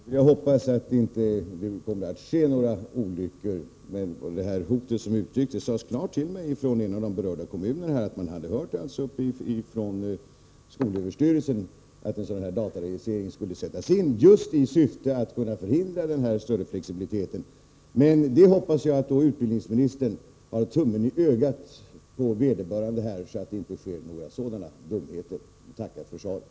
Herr talman! Då hoppas jag att det inte kommer att ske några olyckor. Beträffande detta hot vill jag säga att det klart har sagts mig från en av de berörda kommunerna att man hade hört ifrån skolöverstyrelsen att sådan här dataregistrering skulle sättas in, just i syfte att förhindra den större flexibiliteten. Jag hoppas alltså att utbildningsministern har tummen i ögat på vederbörande, så att det inte sker några sådana dumheter. Tack för svaret!